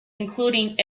including